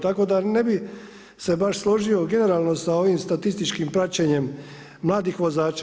Tako da ne bih se baš složio generalno sa ovim statističkim praćenjem mladih vozača.